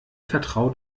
vertraut